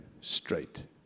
straight